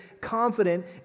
confident